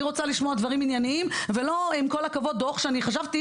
רוצה לשמוע דברים ענייניים ולא עם כל הכבוד דוח שאני חשבתי